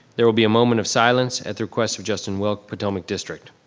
there will be a moment of silence at the request of justin wilk, potomac district.